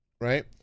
right